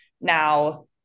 Now